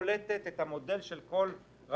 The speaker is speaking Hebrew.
מדברים על